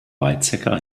weizsäcker